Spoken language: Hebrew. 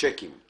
צ'קים /